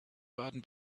baden